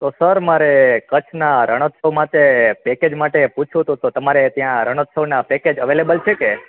તો સર મારે કચ્છના રણોત્સવ માટે પેકેજ માટે પૂછવું હતું તો તમારે ત્યાં રણોત્સવના પેકેજ અવેલેબલ છે કે